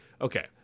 Okay